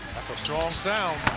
that's a strong sound.